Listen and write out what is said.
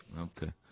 Okay